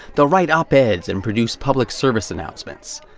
they'll write op-eds and produce public service announcements.